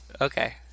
Okay